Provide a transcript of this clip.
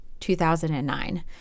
2009